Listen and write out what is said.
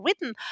written